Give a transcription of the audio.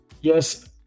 yes